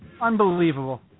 Unbelievable